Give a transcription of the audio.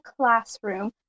classroom